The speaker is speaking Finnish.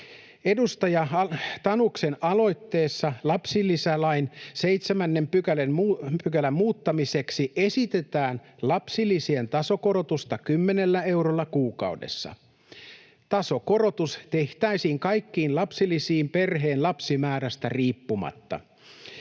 Edustaja Tanuksen aloitteessa lapsilisälain 7 §:n muuttamiseksi esitetään lapsilisien tasokorotusta 10 eurolla kuukaudessa. Tasokorotus tehtäisiin kaikkiin lapsilisiin perheen lapsimäärästä riippumatta.